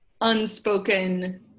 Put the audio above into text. unspoken